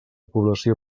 població